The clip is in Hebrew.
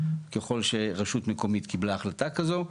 ככל שרשות מקומית קיבלה החלטה כזאת,